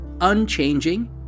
unchanging